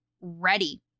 ready